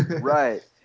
Right